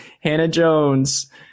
Hannah-Jones